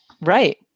right